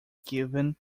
given